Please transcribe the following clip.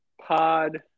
Pod